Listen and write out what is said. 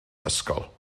ysgol